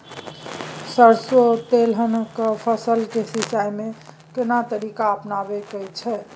सरसो तेलहनक फसल के सिंचाई में केना तरीका अपनाबे के छै?